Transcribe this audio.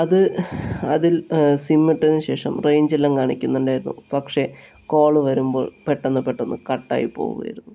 അത് അതിൽ സിം ഇട്ടതിന് ശേഷം റേഞ്ച് എല്ലാം കാണിക്കുണ്ടായിരുന്നു പക്ഷെ കോള് വരുമ്പോൾ പെട്ടെന്ന് പെട്ടെന്ന് കട്ടായി പോകുവായിരുന്നു